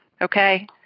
Okay